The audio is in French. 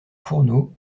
fourneau